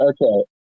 okay